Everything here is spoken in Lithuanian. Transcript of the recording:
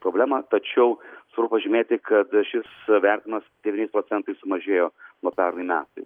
problemą tačiau svarbu pažymėti kad šis vertinimas devyniais procentais sumažėjo nuo pernai metai